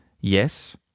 yes